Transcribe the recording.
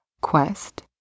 Quest